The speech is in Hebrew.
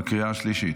בקריאה השלישית.